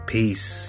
Peace